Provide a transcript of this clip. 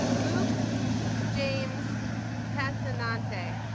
luke james passannante